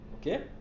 Okay